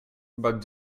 but